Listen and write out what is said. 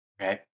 Okay